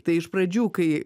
tai iš pradžių kai